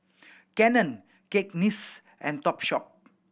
Canon Cakenis and Topshop